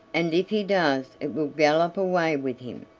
and if he does it will gallop away with him,